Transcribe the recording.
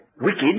wicked